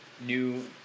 new